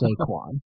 Saquon